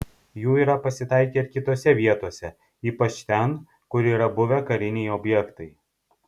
jų yra pasitaikę ir kitose vietose ypač ten kur yra buvę kariniai objektai